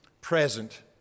present